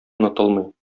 онытылмый